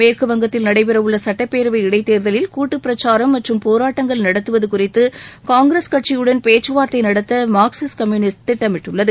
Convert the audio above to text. மேற்குவங்கத்தில் நடைபெறவுள்ள சட்டப்பேரவை இடைத்தேர்தலில் கூட்டு பிரச்சாரம் மற்றும் போராட்டங்கள் நடத்துவது குறித்து காங்கிரஸ் கட்சியுடன் பேச்சுவார்த்தை நடத்த மார்க்சிஸ்ட் கம்யூனிஸ்ட் திட்டமிட்டுள்ளது